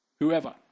whoever